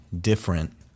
different